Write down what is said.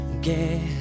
get